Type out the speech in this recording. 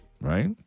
Right